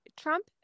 trump